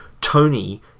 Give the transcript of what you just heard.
Tony